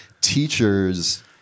teachers